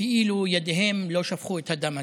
כאילו ידיהם לא שפכו את הדם הזה.